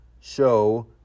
Show